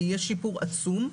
ויש שיפור עצום.